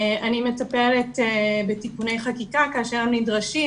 אני מטפלת בתיקוני חקיקה כאשר הם נדרשים